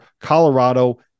Colorado